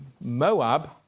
Moab